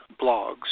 blogs